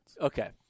Okay